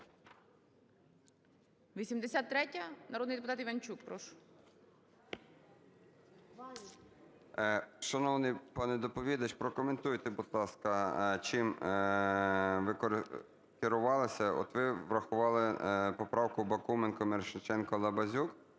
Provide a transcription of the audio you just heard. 83. Народний депутат Іванчук, прошу. 13:23:25 ІВАНЧУК А.В. Шановний пане доповідачу, прокоментуйте, будь ласка, чим ви керувалися. От ви врахували поправку Бакуменко-Мірошниченко-Лабазюк,